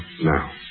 now